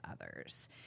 others